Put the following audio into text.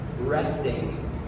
resting